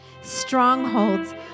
strongholds